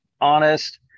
Honest